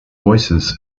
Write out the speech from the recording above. voices